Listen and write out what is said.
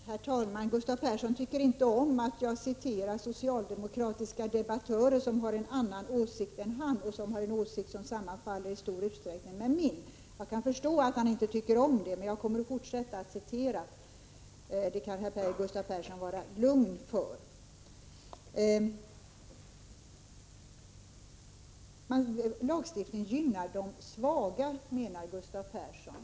Herr talman! Gustav Persson tycker inte om att jag citerar socialdemokratiska debattörer som har en annan åsikt än han, sådana som har en åsikt som i stor utsträckning sammanfaller med min. Jag kan förstå att han inte tycker om det, men jag kommer att fortsätta att citera. Det kan Gustav Persson vara lugn för. Lagstiftningen gynnar de svaga, menar Gustav Persson.